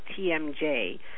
TMJ